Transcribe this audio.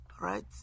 Right